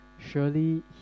Surely